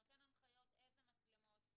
שנותן הנחיות איזה מצלמות.